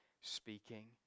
speaking